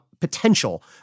potential